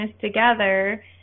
together